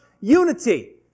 unity